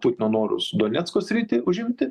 putino norus donecko sritį užimti